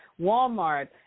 Walmart